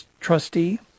trustee